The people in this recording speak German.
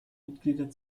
mitglieder